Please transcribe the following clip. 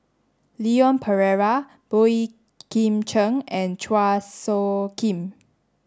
Leon Perera Boey Kim Cheng and Chua Soo Khim